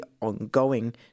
ongoing